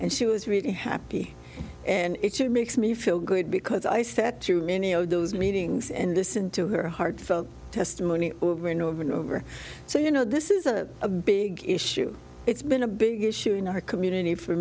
and she was really happy and it sure makes me feel good because i said too many of those meetings and listen to her heartfelt testimony over and over and over so you know this is a big issue it's been a big issue in our community for